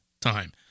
time